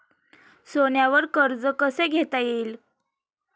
सोन्यावर कर्ज कसे घेता येईल?